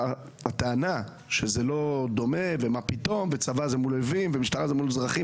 הטענה שזה לא דומה ומה פתאום וצבא זה מול אויבים ומשטרה זה מול אזרחים,